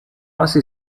base